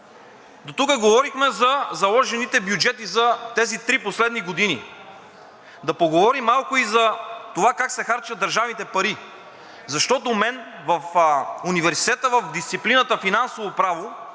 Дотук говорихме за заложените бюджети за тези три последни години. Да поговорим малко и за това как се харчат държавните пари. Защото в университета в дисциплината „Финансово право“